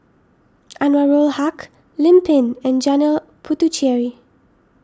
Anwarul Haque Lim Pin and Janil Puthucheary